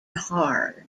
hard